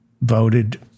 voted